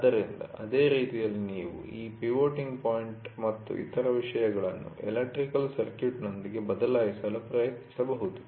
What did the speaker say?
ಆದ್ದರಿಂದ ಅದೇ ರೀತಿಯಲ್ಲಿ ನೀವು ಈ ಪಿವೋಟಿಂಗ್ ಪಾಯಿಂಟ್ ಮತ್ತು ಇತರ ವಿಷಯಗಳನ್ನು ಎಲೆಕ್ಟ್ರಿಕಲ್ ಸರ್ಕ್ಯೂಟ್ನೊಂದಿಗೆ ಬದಲಾಯಿಸಲು ಪ್ರಯತ್ನಿಸಬಹುದು